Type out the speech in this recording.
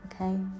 okay